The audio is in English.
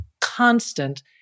constant